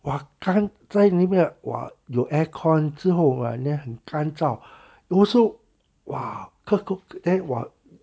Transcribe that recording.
哇干在那边 ah !wah! 有 air con 之后 and then 很干燥 also 哇 cough cough then 我